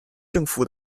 政府